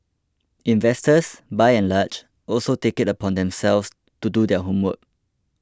investors by and large also take it upon themselves to do their homework